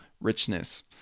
richness